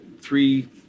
three